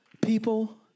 People